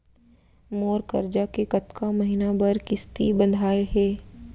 मोर करजा के कतका महीना बर किस्ती बंधाये हे?